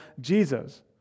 Jesus